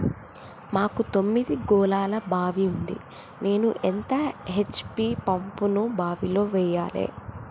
మాకు తొమ్మిది గోళాల బావి ఉంది నేను ఎంత హెచ్.పి పంపును బావిలో వెయ్యాలే?